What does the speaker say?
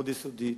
מאוד יסודית,